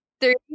Three